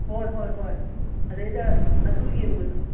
ꯍꯣꯏ ꯍꯣꯏ ꯍꯣꯏ ꯑꯗꯩꯗ ꯑꯗꯨ ꯌꯦꯡꯕꯗ